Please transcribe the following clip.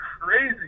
crazy